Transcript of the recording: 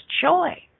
joy